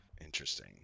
Interesting